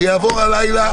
זה יעבור הלילה,